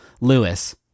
Lewis